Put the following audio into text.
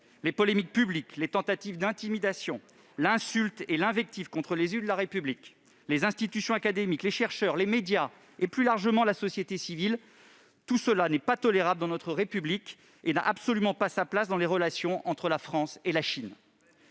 Les polémiques publiques, les tentatives d'intimidation, l'insulte et l'invective contre les élus de la République, les institutions académiques, les chercheurs, les médias et, plus largement, la société civile : tout cela n'est pas tolérable dans notre République et n'a absolument pas sa place dans les relations entre la France et la Chine.